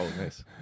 nice